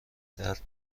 درد